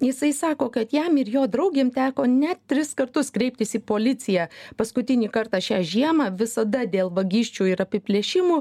jisai sako kad jam ir jo draugėm teko net tris kartus kreiptis į policiją paskutinį kartą šią žiemą visada dėl vagysčių ir apiplėšimų